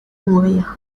mourir